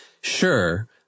sure